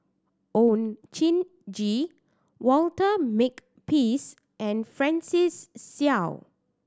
Oon Jin Gee Walter Makepeace and Francis Seow